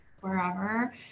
wherever